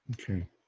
Okay